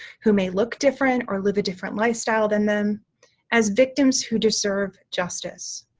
who may look different or live a different lifestyle than them as victims who deserve justice.